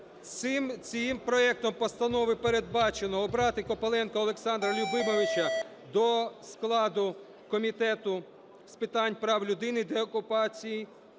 Цим проектом постанови передбачено: обрати Копиленка Олександра Любимовича до складу Комітету з питань прав людини, деокупації